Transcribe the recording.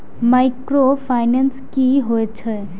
Micro finance कि होई छै?